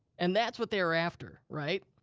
and that's what they were after, right?